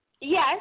Yes